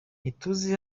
ntituzi